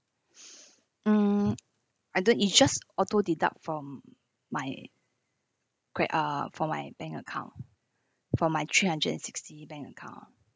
mm I don't it's just auto deduct from my gra~ uh from my bank account from my three hundred and sixty bank account